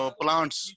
plants